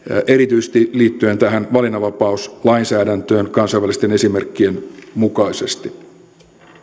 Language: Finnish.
erityisesti liittyen tähän valinnanvapauslainsäädäntöön kansainvälisten esimerkkien mukaisesti